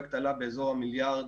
הפרויקט עלה באזור ה-1.2 מיליארד.